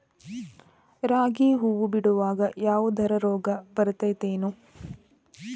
ರಾಗಿ ಹೂವು ಬಿಡುವಾಗ ಯಾವದರ ರೋಗ ಬರತೇತಿ ಏನ್?